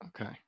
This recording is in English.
okay